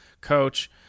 coach